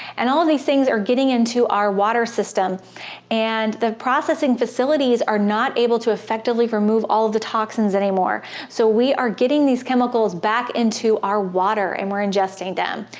and all of these things are getting into our water system and the processing facilities are not able to effectively remove all the toxins anymore so we are getting these chemicals back into our water and we're ingesting them.